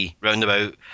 roundabout